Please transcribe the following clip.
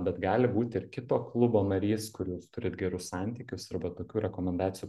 bet gali būti ir kito klubo narys kur jūs turit gerus santykius ir va tokių rekomendacijų